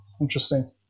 Interesting